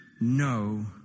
no